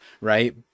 Right